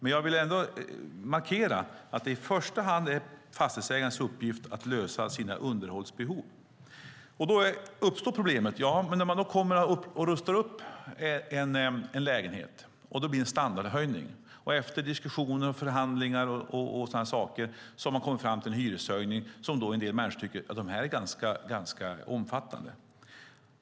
Jag vill ändå markera att det i första hand är fastighetsägarens uppgift att lösa underhållsbehoven i sina fastigheter. Då uppstår ett problem. När man rustar upp en lägenhet blir det en standardhöjning. Efter diskussioner, förhandlingar och så vidare kommer man fram till en hyreshöjning som en del människor tycker är omfattande.